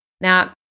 Now